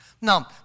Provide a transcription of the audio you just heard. Now